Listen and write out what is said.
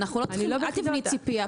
אל תבני ציפייה,